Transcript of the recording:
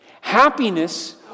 Happiness